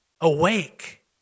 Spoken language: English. awake